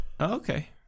okay